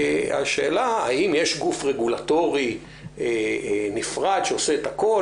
השאלה היא האם יש גוף רגולטורי נפרד שעושה את הכול